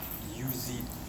use it